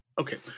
Okay